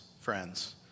friends